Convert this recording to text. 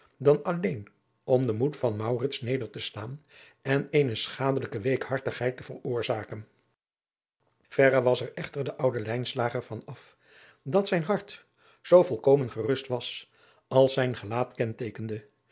dan alleen om den moed van maurits neder te slaan en eene schadelijke weekhartigheid te veroorzaken verre adriaan loosjes pzn het leven van maurits lijnslager was er echter de oude lijnslager van af dat zijn hart zoo volkomen gerust was als zijn gelaat